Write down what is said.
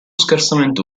scarsamente